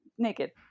naked